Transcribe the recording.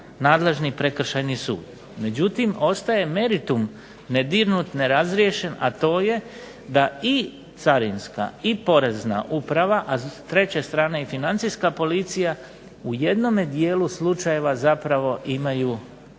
nadležni prekršajni sud. Međutim, ostaje meritum nedirnut, nerazriješen a to je da i carinska i porezna uprava, a s treće strane i Financijska policija u jednome dijelu slučajeva zapravo imaju